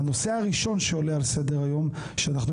אז הנושא הראשון שעולה על סדר היום שאנחנו